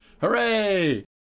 Hooray